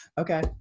Okay